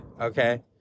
Okay